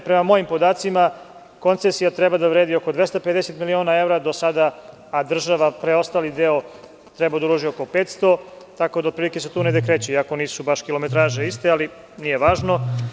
Prema mojim podacima, koncesija treba da vredi oko 250 miliona evra, a država preostali deo treba da uloži oko 500, tako da se otprilike tu negde kreće, iako nisu baš kilometraže iste, ali nije važno.